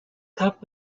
cup